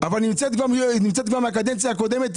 אבל נמצאת כבר מהקדנציה הקודמת,